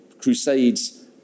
crusades